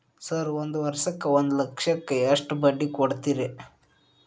Sir ಒಂದು ವರ್ಷಕ್ಕ ಒಂದು ಲಕ್ಷಕ್ಕ ಎಷ್ಟು ಬಡ್ಡಿ ಕೊಡ್ತೇರಿ?